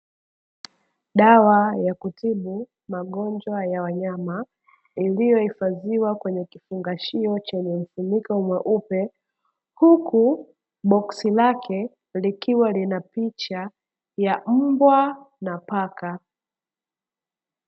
Dawa ya kutibu magonjwa ya wanyama, iliyohifadhiwa kwenye kifungashio chenye mfuniko mweupe. Huku, boksi lake likiwa linapicha ya mbwa na paka.